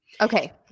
Okay